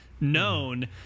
known